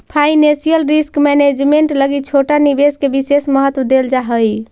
financial risk management लगी छोटा निवेश के विशेष महत्व देल जा हई